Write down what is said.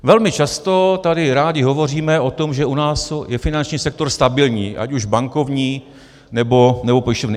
Velmi často tady rádi hovoříme o tom, že u nás je finanční sektor stabilní, ať už bankovní, nebo pojišťovny.